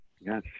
Yes